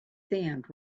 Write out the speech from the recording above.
sand